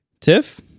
Tiff